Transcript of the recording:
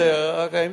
זה שעשה את, זה נורא.